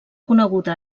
coneguda